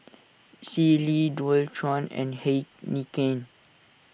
Sealy Dualtron and Heinekein